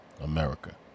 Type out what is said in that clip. America